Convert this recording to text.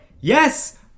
yes